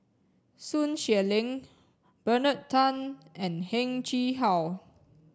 Sun Xueling Bernard Tan and Heng Chee How